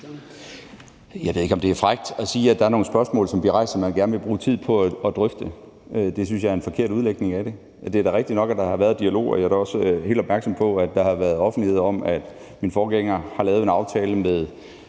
Jeg ved ikke, om det er frækt at sige, at der er nogle spørgsmål, som vi rejser, og som vi gerne vil bruge tid på at drøfte. Det synes jeg er en forkert udlægning af det. Det er da rigtigt nok, at der har været en dialog, og jeg er da også helt opmærksom på, at det har været fremme i offentligheden, at min forgænger har lavet en aftale med